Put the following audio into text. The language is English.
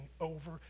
over